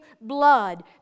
blood